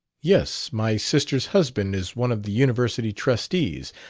yes, my sister's husband is one of the university trustees.